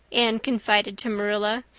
anne confided to marilla.